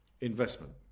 investment